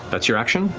that's your action?